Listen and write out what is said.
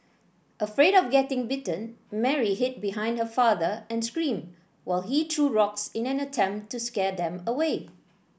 afraid of getting bitten Mary hid behind her father and screamed while he threw rocks in an attempt to scare them away